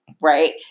Right